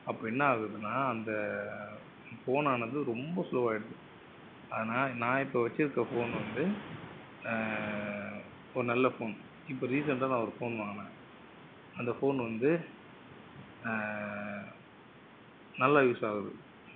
அப்போ என்னாகுதுனால் அந்த ஃபோனானது ரொம்ப ஸ்லோவாகிடுது ஆனால் நான் இப்போ வச்சுக்கிறது ஃபோன் வந்து ஒரு நல்ல ஃபோன் இப்போ ரீசன்டாக நான் ஒரு ஃபோன் வாங்கினேன் அந்த ஃபோன் வந்து நல்ல யூஸாகுது